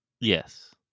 Yes